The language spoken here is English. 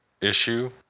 issue